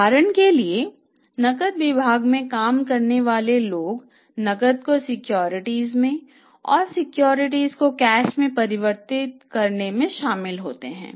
उदाहरण के लिए नकद विभाग में काम करने वाले लोग नकद को सिक्योरिटी में और सिक्योरिटी को नकद में परिवर्तित करने में शामिल होते हैं